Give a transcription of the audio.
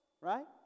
right